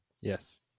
Yes